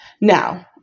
now